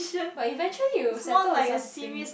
but eventually you will settle on something